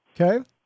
Okay